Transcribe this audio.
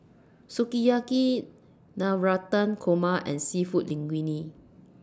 Sukiyaki Navratan Korma and Seafood Linguine